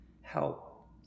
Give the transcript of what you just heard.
help